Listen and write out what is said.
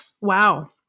Wow